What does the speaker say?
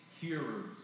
hearers